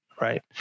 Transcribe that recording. right